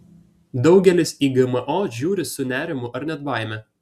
daugelis į gmo žiūri su nerimu ar net baime